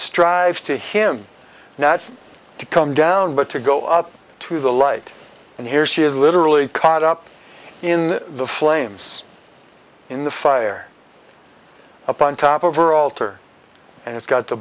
strive to him now to come down but to go up to the light and here she is literally caught up in the flames in the fire upon top over altar and it's got the